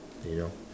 you know